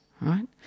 right